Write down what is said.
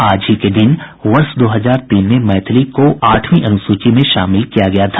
आज ही के दिन वर्ष दो हजार तीन में मैथिली को आठवीं अनुसूची में शामिल किया गया था